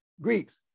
Greeks